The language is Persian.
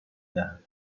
دهم